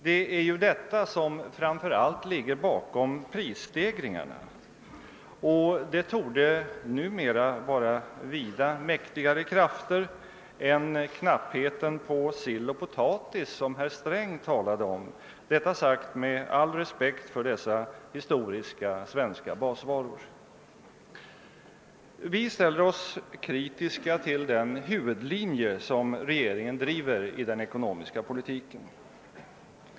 Det är detta som framför allt ligger bakom prissteg ringarna, och det torde numera vara vida mäktigare krafter än knappheten på sill och potatis, som herr Sträng talade om — detta sagt med all respekt för dessa historiska svenska basvaror. Vi ställer oss kritiska till den huvudlinje som regeringen driver i den ekonomiska politiken.